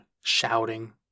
shouting